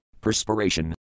perspiration